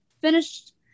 finished